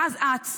ואז את,